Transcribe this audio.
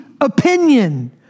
opinion